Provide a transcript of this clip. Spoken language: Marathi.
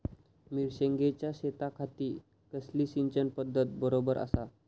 मिर्षागेंच्या शेतीखाती कसली सिंचन पध्दत बरोबर आसा?